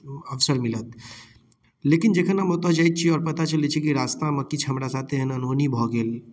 बहुत अवसर मिलत लेकिन जखन हम ओतय जाइ छी आओर पता चलैत छी कि रास्तामे किछु हमरा साथ एहन अनहोनी भऽ गेल